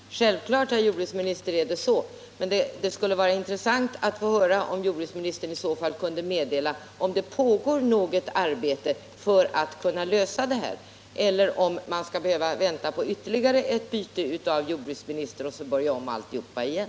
Herr talman! Självklart, herr jordbruksminister, är det så. Men det skulle vara intressant att få höra om jordbruksministern i så fall kan meddela om det pågår något arbete för att lösa problemet, eller om vi skall behöva vänta på ytterligare ett byte av jordbruksminister för att sedan börja om med alltsammans igen.